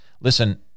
Listen